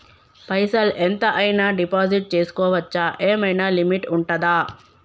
పైసల్ ఎంత అయినా డిపాజిట్ చేస్కోవచ్చా? ఏమైనా లిమిట్ ఉంటదా?